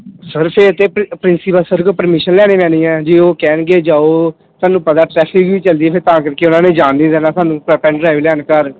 sir ਫਿਰ ਤਾਂ ਪ ਪ੍ਰਿੰਸੀਪਲ ਸਰ ਕੋਲੋਂ ਪਰਮਿਸ਼ਨ ਲੈਣੀ ਪੈਣੀ ਹੈ ਜੇ ਉਹ ਕਹਿਣਗੇ ਜਾਓ ਤੁਹਾਨੂੰ ਪਤਾ ਟਰੈਫਿਕ ਵੀ ਚੱਲਦੀ ਹੈ ਫਿਰ ਤਾਂ ਕਰਕੇ ਉਹਨਾਂ ਨੇ ਜਾਣ ਨਹੀਂ ਦੇਣਾ ਸਾਨੂੰ ਪ ਪੈਨ ਡਰਾਈਵ ਲਿਆਉਣ ਘਰ